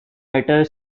better